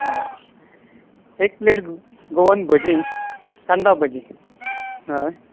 आं एक plate Goan bhaji कांदा भजी हय